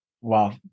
wow